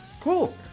Cool